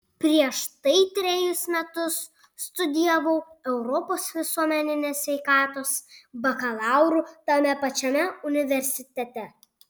prieš tai trejus metus studijavau europos visuomenės sveikatos bakalaurą tame pačiame universitete